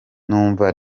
numva